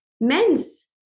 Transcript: men's